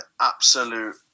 absolute